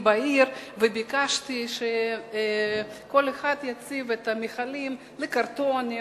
בעיר וביקשתי שכל אחד יציב מכלים לקרטונים,